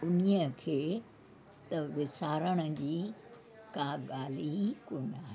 उन खे त विसारण जी का ॻाल्हि ई कोन आहे